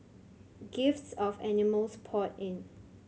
gifts of animals poured in